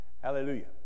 Hallelujah